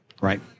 Right